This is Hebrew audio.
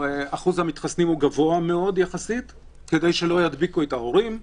אחוז המתחסנים הוא גבוה מאוד יחסית כדי שלא ידביקו את ההורים,